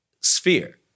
sphere